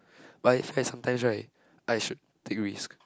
but in fact sometimes right I should take risk